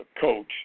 coach